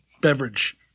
beverage